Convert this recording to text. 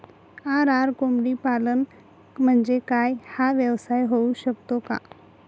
RR कोंबडीपालन म्हणजे काय? हा व्यवसाय होऊ शकतो का?